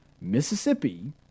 Mississippi